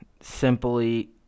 simply